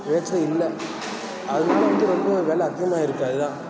விளச்சல் இல்லை அதனால வந்து ரொம்ப வில அதிகமாயிருக்குது அதுதான்